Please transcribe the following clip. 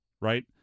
right